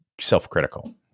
self-critical